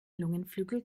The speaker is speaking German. lungenflügel